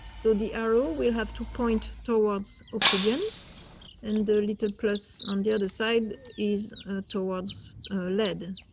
so the arrow will have to point towards oxygen and the little plus on the other side is towards lead